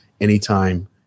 anytime